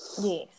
yes